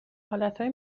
حالتهای